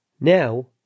Now